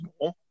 more